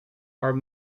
are